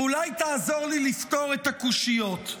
ואולי תעזור לי לפתור את הקושיות,